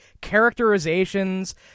characterizations